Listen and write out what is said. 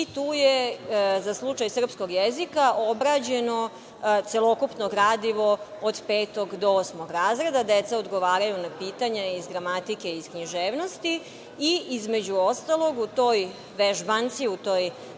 i tu je za slučaj srpskog jezika obrađeno celokupno gradivo od petog do osmog razreda. Deca odgovaraju na pitanja iz gramatike i iz književnosti. Između ostalog, u toj vežbanci, u toj